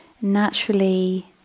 naturally